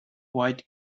white